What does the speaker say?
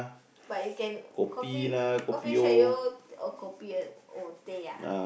but you can coffee coffee shop you o~ oh kopi and oh teh ah